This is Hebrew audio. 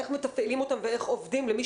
איך מתפעלים אותן ואיך עובדים איתן למי